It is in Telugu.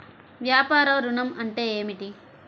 వ్యాపార ఋణం అంటే ఏమిటి?